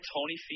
Tony